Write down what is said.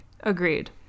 Agreed